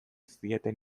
zieten